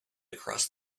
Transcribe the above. across